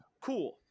cool